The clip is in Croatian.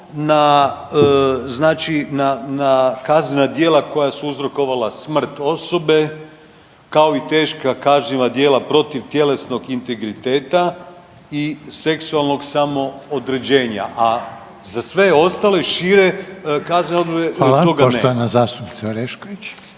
na kaznena djela koja su uzrokovala smrt osobe, kao i teška kažnjiva djela protiv tjelesnog integriteta i seksualnog samoodređenja, a za sve ostalo i šire kaznene odredbe toga nema. **Reiner, Željko